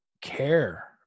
care